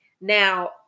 Now